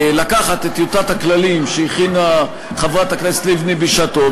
לקחת את טיוטת הכללים שהכינה חברת הכנסת לבני בשעתו.